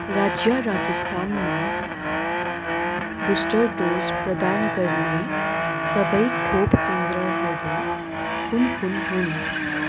राज्य राजस्थानमा booster dose प्रदान गर्ने सबै खोप केन्द्रहरू कुन कुन हुन्